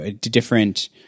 different